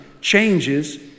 changes